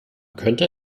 könnte